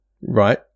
right